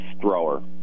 thrower